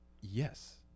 Yes